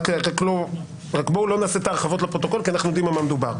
רק בואו לא נעשה את ההרחבות לפרוטוקול כי אנחנו יודעים על מה מדובר.